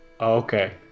okay